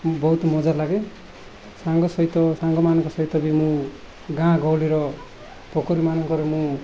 ବହୁତ ମଜା ଲାଗେ ସାଙ୍ଗ ସହିତ ସାଙ୍ଗମାନଙ୍କ ସହିତ ବି ମୁଁ ଗାଁ ଗହଳିର ପୋଖରୀମାନଙ୍କରେ ମୁଁ